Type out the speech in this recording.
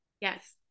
Yes